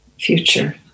Future